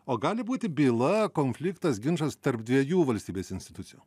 o gali būti byla konfliktas ginčas tarp dviejų valstybės institucijų